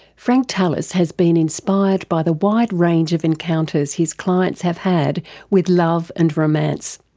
frank tallis has been inspired by the wide range of encounters his clients have had with love and romance.